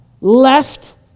left